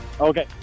Okay